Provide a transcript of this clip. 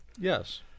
Yes